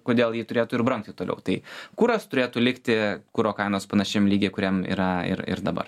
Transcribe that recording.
kodėl ji turėtų ir brangti toliau tai kuras turėtų likti kuro kainos panašiam lygyje kuriam yra ir ir dabar